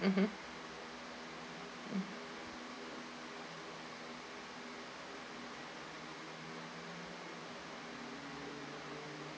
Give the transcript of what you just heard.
mmhmm